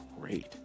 great